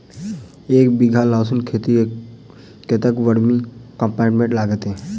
एक बीघा लहसून खेती मे कतेक बर्मी कम्पोस्ट लागतै?